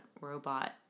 robot